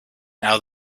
now